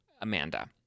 Amanda